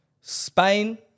Spain